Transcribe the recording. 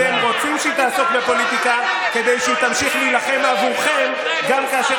אתם רוצים שהיא תעסוק בפוליטיקה כדי שהיא תמשיך להילחם עבורכם גם כאשר